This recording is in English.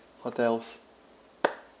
hotels